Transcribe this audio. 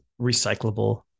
recyclable